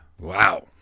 Wow